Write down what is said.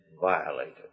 violated